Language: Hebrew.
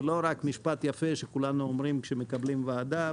זה לא רק משפט יפה שכולנו אומרים כשמקבלים ועדה,